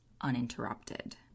uninterrupted